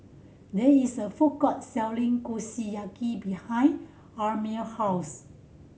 there is a food court selling Kushiyaki behind Amil house